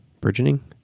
burgeoning